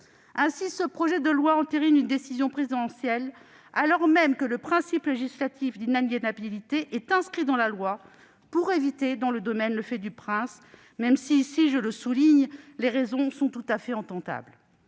Ainsi, ce projet de loi entérine une décision présidentielle, alors même que le principe législatif d'inaliénabilité est inscrit dans la loi pour éviter dans ce domaine le « fait du prince », même si, ici, je le souligne, les raisons sont tout à fait acceptables.